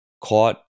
caught